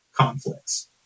conflicts